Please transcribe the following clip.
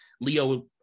Leo